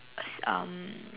it's um